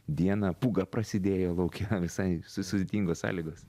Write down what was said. dieną pūga prasidėjo lauke visai su sudėtingos sąlygas